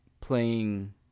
playing